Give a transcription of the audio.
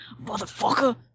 motherfucker